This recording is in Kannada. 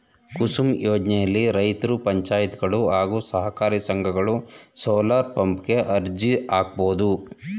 ಕುಸುಮ್ ಯೋಜ್ನೆಲಿ ರೈತ್ರು ಪಂಚಾಯತ್ಗಳು ಹಾಗೂ ಸಹಕಾರಿ ಸಂಘಗಳು ಸೋಲಾರ್ಪಂಪ್ ಗೆ ಅರ್ಜಿ ಹಾಕ್ಬೋದು